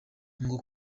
ngo